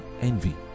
envy